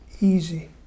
easy